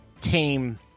tame